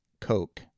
Coke